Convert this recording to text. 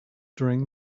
during